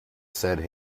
said